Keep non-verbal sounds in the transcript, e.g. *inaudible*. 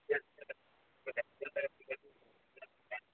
*unintelligible*